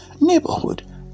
neighborhood